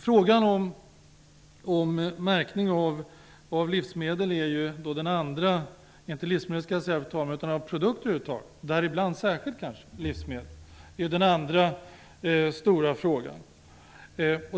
Frågan om märkning av produkter, däribland särskilt livsmedel, är den andra stora frågan.